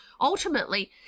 ultimately